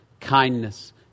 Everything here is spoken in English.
kindness